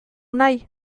nahi